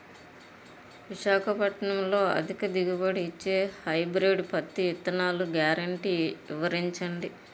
విశాఖపట్నంలో అధిక దిగుబడి ఇచ్చే హైబ్రిడ్ పత్తి విత్తనాలు గ్యారంటీ వివరించండి?